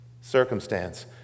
circumstance